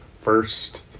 first